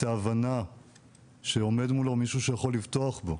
את ההבנה שעומד מולו מישהו שיכול לבטוח בו.